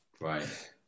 Right